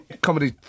Comedy